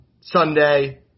Sunday